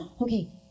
Okay